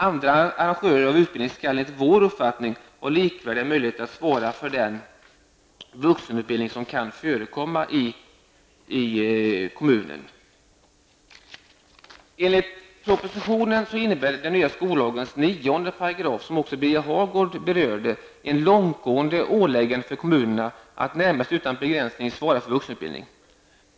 Andra arrangörer av utbildning skall, enligt vår uppfattning, ha likvärdiga möjligheter att svara för den vuxenutbildning som kan förekomma i kommunen. 9 §, som även Birger Hagård berörde, ett långtgående åläggande för kommunerna att närmast utan begränsning svara för vuxenutbildning.